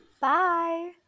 Bye